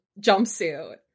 jumpsuit